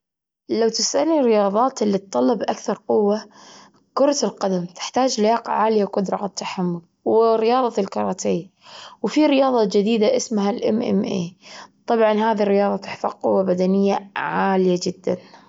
لو تسألني الرياظات اللي تطلب أكثر قوة، كرة القدم تحتاج لياقة عالية وقدرة على التحمل ورياضة الكاراتيه، وفي رياضة جديدة اسمها الإم إم إيه، طبعا هذه الرياضة تحتاج قوة بدنية عالية جدا.